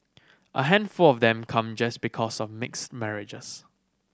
a handful of them come because of mixed marriages